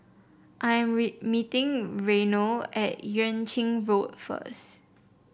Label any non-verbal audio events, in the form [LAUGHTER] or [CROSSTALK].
I am [UNINTELLIGIBLE] meeting Reino at Yuan Ching Road first